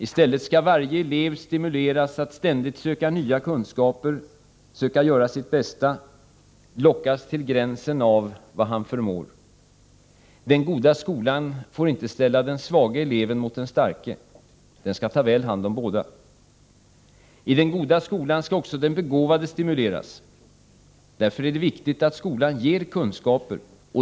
I stället skall varje elev stimuleras att ständigt söka nya kunskaper, söka göra sitt bästa, lockas till gränserna för vad han förmår. Den goda skolan får inte ställa den svage eleven mot den starke. Den skall ta väl hand om båda. I den goda skolan skall också den begåvade stimuleras. Därför är det viktigt att skolan ger kunskaper.